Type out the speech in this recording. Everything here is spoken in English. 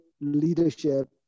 leadership